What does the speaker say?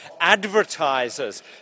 Advertisers